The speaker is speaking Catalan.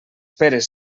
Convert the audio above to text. peres